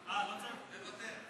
אה, לא צריך?